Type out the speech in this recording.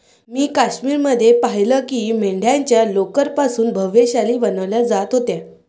मी काश्मीर मध्ये पाहिलं की मेंढ्यांच्या लोकर पासून भव्य शाली बनवल्या जात होत्या